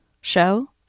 show